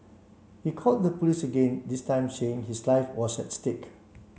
he called the police again this time saying his life was at stake